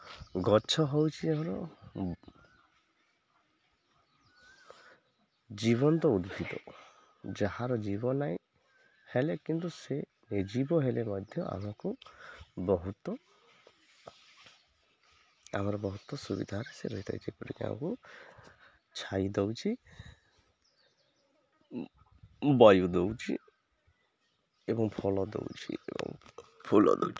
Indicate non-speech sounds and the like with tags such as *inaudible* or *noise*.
ଗଛ ହେଉଛି ଏହାର ଜୀବନ୍ତ ଉଦ୍ଭିଦ ଯାହାର ଜୀବ ନାହିଁ ହେଲେ କିନ୍ତୁ ସେ ଏ ଜୀବ ହେଲେ ମଧ୍ୟ ଆମକୁ ବହୁତ ଆମର ବହୁତ ସୁବିଧା *unintelligible* ଛାଇ ଦେଉଛି ବାୟୁ ଦେଉଛି ଏବଂ ଫଳ ଦେଉଛି ଏବଂ ଫୁଲ ଦେଉଛି